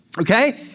okay